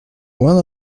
one